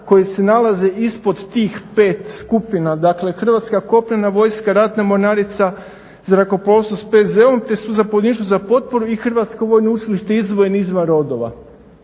koje se nalaze ispod tih 5 skupina, dakle Hrvatska kopnena vojska, Ratna mornarica, Zrakoplovstvo s PZ-om te Zapovjedništvo za potporu i Hrvatsko vojno učilište izdvojeni izvan rodova.